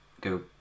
go